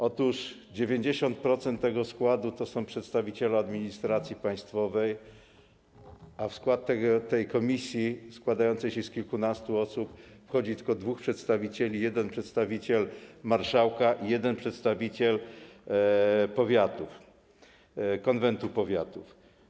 Otóż 90% tego składu stanowią przedstawiciele administracji państwowej, a w skład tej komisji liczącej kilkanaście osób wchodzi tylko dwóch przedstawicieli, jeden przedstawiciel marszałka i jeden przedstawiciel powiatów, konwentu powiatów.